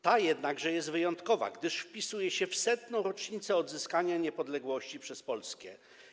Ta jednakże jest wyjątkowa, gdyż wpisuje się w 100. rocznicę odzyskania niepodległości przez Polskę.